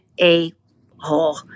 a-hole